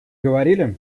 говорили